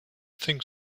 think